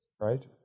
right